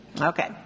Okay